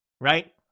right